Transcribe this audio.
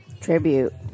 tribute